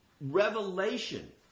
revelation